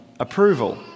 approval